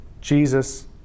Jesus